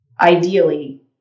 ideally